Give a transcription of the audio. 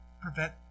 prevent